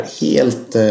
helt